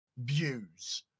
views